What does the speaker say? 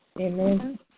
Amen